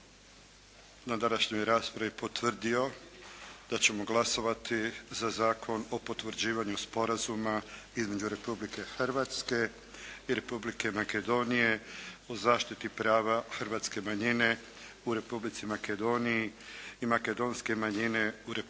na današnjoj raspravi potvrdio da ćemo glasovati za Zakon o potvrđivanju Sporazuma između Republike Hrvatske i Republike Makedonije o zaštiti prava hrvatske manjine u Republici Makedoniji i makedonske manjine u Republici